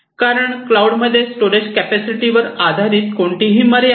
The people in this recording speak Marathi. कारण क्लाऊड मध्ये स्टोरेज कॅपॅसिटी वर कोणतीही मर्यादा नाही